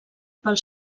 pel